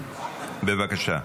בבקשה.